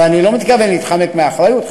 ואני לא מתכוון להתחמק מאחריות,